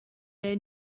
their